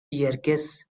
yerkes